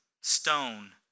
stone